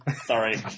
sorry